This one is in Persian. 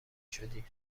شدی